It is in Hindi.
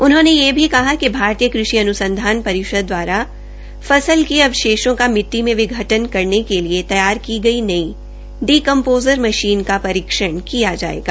उन्होंने यह भी कहा कि भारतीय कृषि अनुसंधान परिषद दवारा फसल के अवशेषों का मिटटी में विघटन करने के लिए तैयार की गई नई डी क्म्पोसर मशीन का परीक्षण किया जायेगा